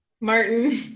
martin